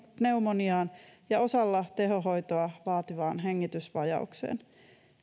pneumoniaan ja osalla tehohoitoa vaativaan hengitysvajaukseen